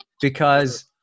because-